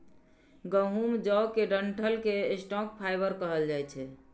गहूम, जौ के डंठल कें स्टॉक फाइबर कहल जाइ छै